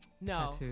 No